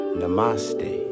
namaste